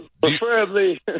preferably